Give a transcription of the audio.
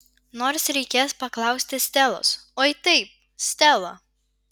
nors reikės paklausti stelos oi taip stela